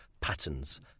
patterns